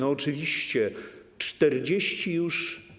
Oczywiście 40 już.